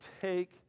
take